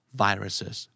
viruses